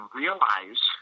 realize